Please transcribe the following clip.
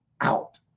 out